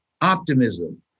optimism